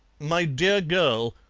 my dear girl,